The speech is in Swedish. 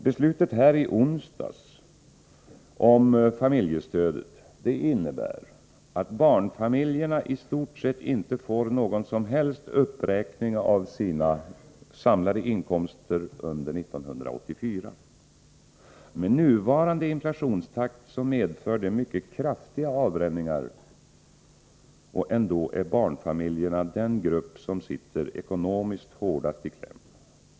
Beslutet här i riksdagen i onsdags om familjestödet innebär att barnfamiljerna i stort sett inte får någon som helst uppräkning av sina samlade ”inkomster” under 1984. Med nuvarande inflationstakt medför det mycket kraftiga avbränningar — och ändå är barnfamiljerna den grupp som sitter ekonomiskt hårdast i kläm.